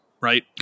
right